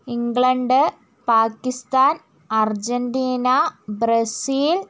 England Pakistan Argentina Brazil